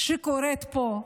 שקורית פה,